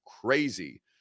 crazy